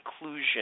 inclusion